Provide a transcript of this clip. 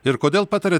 ir kodėl patariat